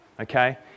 Okay